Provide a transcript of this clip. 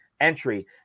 Entry